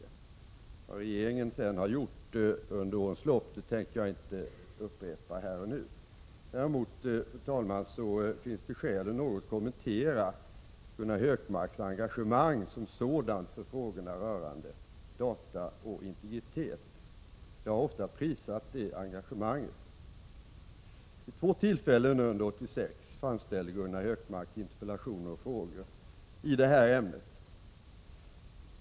Vad regeringen har gjort under årens lopp tänker jag inte upprepa här och nu. Däremot, fru talman, finns det skäl att något kommentera Gunnar Hökmarks engagemang som sådant för frågorna rörande data och integritet. Jag har ofta prisat det engagemanget. Vid två tillfällen under 1986 framställde Gunnar Hökmark interpellationer och frågor i detta ämne.